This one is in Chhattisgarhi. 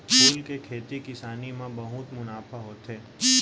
फूल के खेती किसानी म बहुत मुनाफा होथे